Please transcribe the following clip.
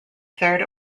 third